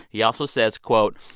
he also says, quote,